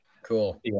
Cool